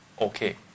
okay